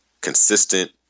consistent